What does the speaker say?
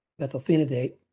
methylphenidate